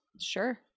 Sure